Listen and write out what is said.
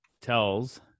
tells